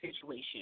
situation